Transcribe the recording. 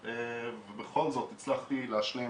או לסירוגין,